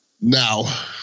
Now